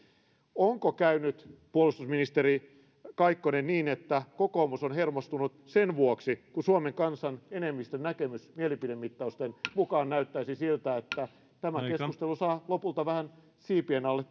onko käynyt niin puolustusministeri kaikkonen että kokoomus on hermostunut sen vuoksi että suomen kansan enemmistön näkemys mielipidemittausten mukaan näyttäisi siltä että tämä keskustelu saa lopulta vähän tuulta siipien alle